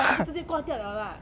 你就直接挂掉 liao lah